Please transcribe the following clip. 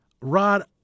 Rod